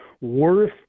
worth